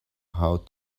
how